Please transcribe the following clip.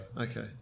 Okay